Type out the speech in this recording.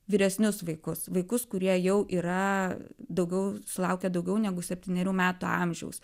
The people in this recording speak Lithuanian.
vyresnius vaikus vaikus kurie jau yra daugiau sulaukę daugiau negu septynerių metų amžiaus